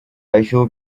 issue